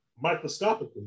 microscopically